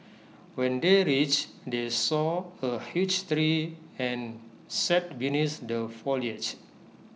when they reached they saw A huge tree and sat beneath the foliage